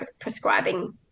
prescribing